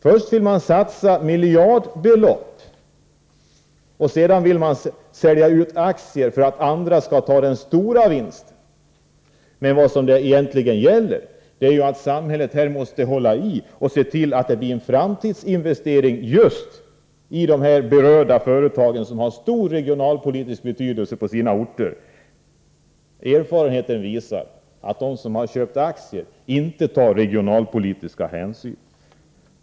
Först vill man satsa miljardbelopp, och sedan vill man sälja ut aktier för att andra skall ta den stora vinsten. Men vad det egentligen gäller är att samhället måste se till att det blir framtidsinvesteringar i de berörda företagen, som har stor regionalpolitisk betydelse på sina orter. Erfarenheten visar att de som har köpt aktier inte tar regionalpolitiska hänsyn.